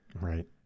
Right